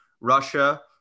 Russia